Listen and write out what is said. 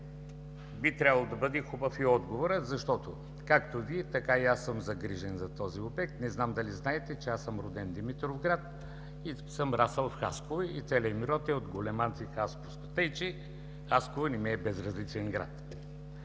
би трябвало да бъде хубав и отговорът, защото както Вие, така и аз съм загрижен за този обект. Не знам дали знаете, че аз съм роден в Димитровград и съм расъл в Хасково и целият ми род е от Големанци, Хасковско. Тъй че Хасково не ми е безразличен град.